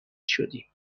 شدیم